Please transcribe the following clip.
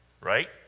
right